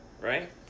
right